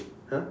!huh!